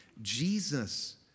Jesus